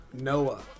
Noah